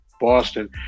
Boston